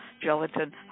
gelatin